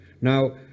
Now